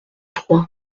trois